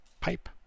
pipe